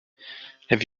have